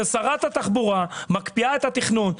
ששרת התחבורה מקפיאה את התכנון.